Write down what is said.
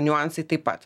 niuansai taip pat